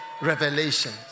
revelation